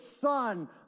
son